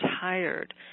tired